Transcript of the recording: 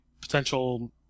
potential